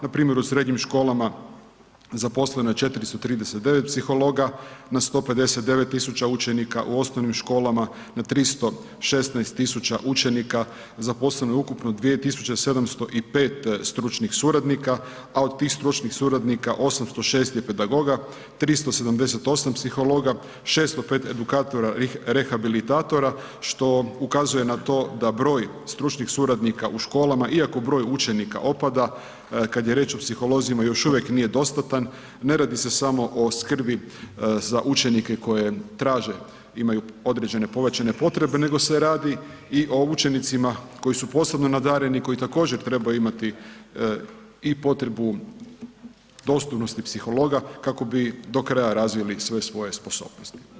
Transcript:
Npr. u srednjim školama zaposleno je 439 psihologa na 159 000 učenika u osnovnim školama, na 316 000 učenika zaposleno je ukupno 2705 stručnih suradnika, a od tih stručnih suradnika 806 je pedagoga, 378 psihologa, 605 edukatora rehabilitatora, što ukazuje na to da broj stručnih suradnika u školama iako broj učenika opada, kad je riječ o psiholozima, još uvijek nije dostatan, ne radi se samo o skrbi za učenike koji traže, imaju određene povećane potrebe, nego se radi i o učenicima koji su posebno nadareni, koji također trebaju imati i potrebu dostupnosti psihologa kako bi do kraja razvili sve svoje sposobnosti.